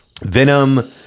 venom